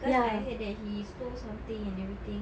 because I heard that he stole something and everything